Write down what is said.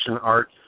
art